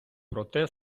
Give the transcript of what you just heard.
проте